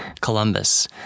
Columbus